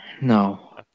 No